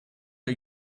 der